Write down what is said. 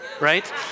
Right